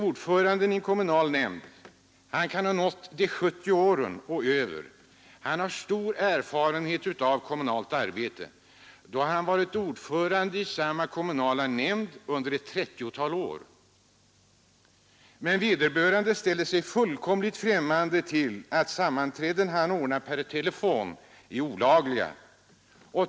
Ordföranden i en kommunal nämnd kan ha nått över de 70 åren, och han har stor erfarenhet av kommunalt arbete, då han varit ordförande i samma kommunala nämnd under ett 30-tal år. Men vederbörande ställer sig fullkomligt främmande för att sammanträden som han ordnar per telefon är olagliga.